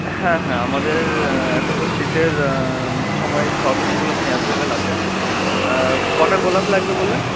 হ্যাঁ হ্যাঁ আমাদের এখন তো শীতের সময়ে সবই ফুল এখন অ্যাভেলেবেল আছে কটা গোলাপ লাগবে বললেন